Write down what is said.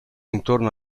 intorno